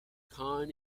khan